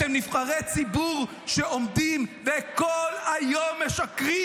אתם נבחרי ציבור שעומדים וכל היום משקרים